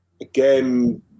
Again